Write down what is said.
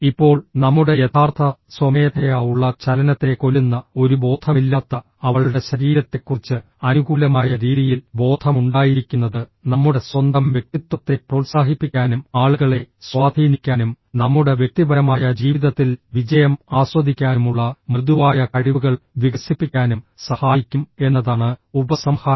ഇപ്പോൾ നമ്മുടെ യഥാർത്ഥ സ്വമേധയാ ഉള്ള ചലനത്തെ കൊല്ലുന്ന ഒരു ബോധമില്ലാത്ത അവളുടെ ശരീരത്തെക്കുറിച്ച് അനുകൂലമായ രീതിയിൽ ബോധം ഉണ്ടായിരിക്കുന്നത് നമ്മുടെ സ്വന്തം വ്യക്തിത്വത്തെ പ്രോത്സാഹിപ്പിക്കാനും ആളുകളെ സ്വാധീനിക്കാനും നമ്മുടെ വ്യക്തിപരമായ ജീവിതത്തിൽ വിജയം ആസ്വദിക്കാനുമുള്ള മൃദുവായ കഴിവുകൾ വികസിപ്പിക്കാനും സഹായിക്കും എന്നതാണ് ഉപസംഹാരം